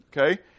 okay